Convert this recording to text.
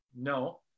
no